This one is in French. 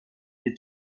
des